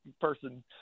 person